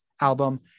album